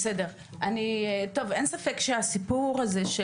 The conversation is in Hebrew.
אין ספק שהסיפור הזה,